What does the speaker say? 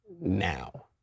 now